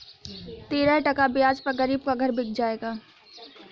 तेरह टका ब्याज पर गरीब का घर बिक जाएगा